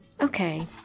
Okay